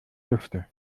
lüfte